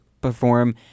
perform